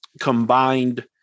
combined